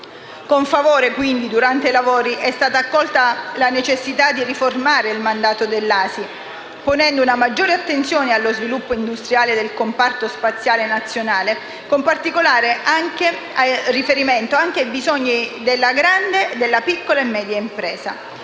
Con favore, quindi, durante i lavori è stata accolta la necessità di riformare il mandato dell'ASI, ponendo maggiore attenzione allo sviluppo industriale del comparto spaziale nazionale, con particolare riferimento anche ai bisogni della grande, della piccola e della media impresa.